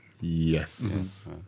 Yes